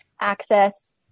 access